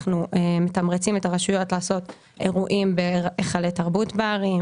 אנחנו מתמרצים את הרשויות לעשות אירועים בהיכלי תרבות בערים,